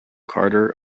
carter